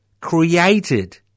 created